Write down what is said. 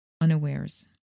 unawares